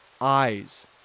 Eyes